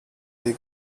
des